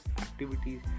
activities